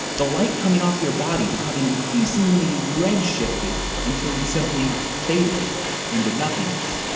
the light coming off your body becoming increasingly red-shifted until you simply faded into nothingness.